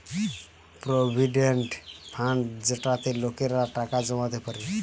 provident fund যেটাতে লোকেরা টাকা জমাতে পারে